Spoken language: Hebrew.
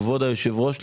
כבוד היושב-ראש,